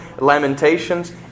Lamentations